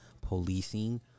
policing